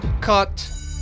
Cut